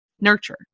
nurture